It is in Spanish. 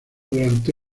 durante